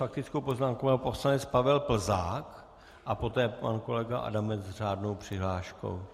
Nyní s faktickou poznámkou pan poslanec Pavel Plzák a poté pan kolega Adamec s řádnou přihláškou.